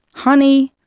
honey,